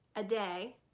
a day,